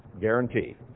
Guarantee